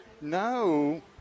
no